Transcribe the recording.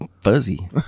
fuzzy